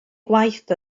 gwaith